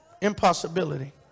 Impossibility